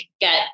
get